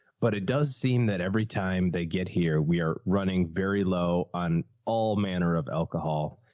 but it does seem that every time they get here we are running very low on all manner of alcohol,